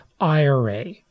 IRA